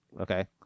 okay